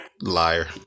Liar